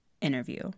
interview